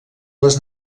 les